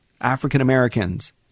African-Americans